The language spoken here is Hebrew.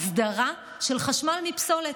אסדרה של חשמל מפסולת,